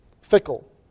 Fickle